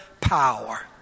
power